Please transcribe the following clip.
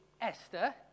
Esther